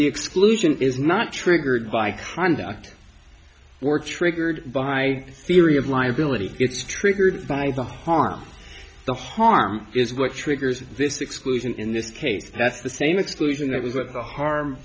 the exclusion is not triggered by conduct or triggered by theory of liability it's triggered by the harm the harm is what triggers this exclusion in this case that's the same exclusion that was with the harm